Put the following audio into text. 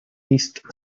east